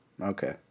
Okay